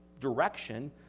direction